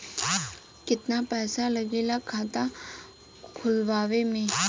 कितना पैसा लागेला खाता खोलवावे में?